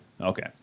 Okay